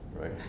Right